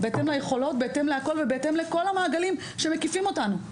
בהתאם ליכולות ובהתאם לכל המעגלים שמקיפים אותנו.